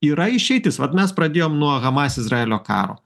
yra išeitis vat mes pradėjom nuo hamas izraelio karo